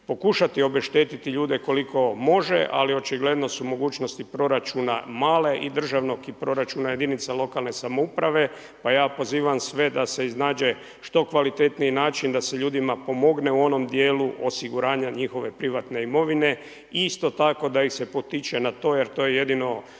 pokušati obeštetiti ljude koliko može ali očigledno su mogućnosti proračuna male i državnog proračuna jedinica lokalne samouprave pa ja pozivam sve da se iznađe što kvalitetniji način da se ljudima pomogne u onom dijelu osiguranja njihove privatne imovine. Isto tako da ih se potiče na to jer to je jedino